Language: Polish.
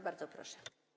Bardzo proszę.